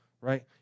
right